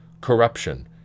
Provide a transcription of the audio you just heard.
corruption